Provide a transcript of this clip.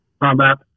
combat